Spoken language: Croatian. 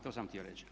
To sam htio reći.